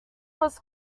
was